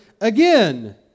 again